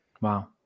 Wow